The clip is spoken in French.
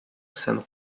san